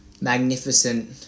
magnificent